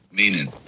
meaning